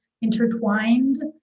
intertwined